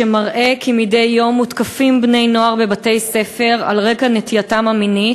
שמראה כי מדי יום מותקפים בני-נוער בבתי-ספר על רקע נטייתם המינית,